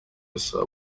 rusaba